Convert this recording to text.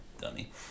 Dummy